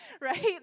Right